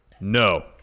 no